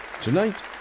Tonight